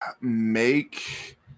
make